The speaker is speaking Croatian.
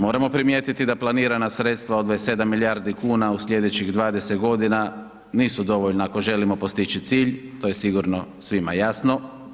Moramo primijetiti da planirana sredstva od 27 milijardi kuna u sljedećih 20 godina nisu dovoljna ako želimo postići cilj, to je sigurno svima jasno.